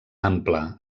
ample